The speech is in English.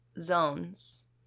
zones